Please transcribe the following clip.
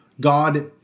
God